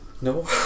No